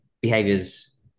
behaviors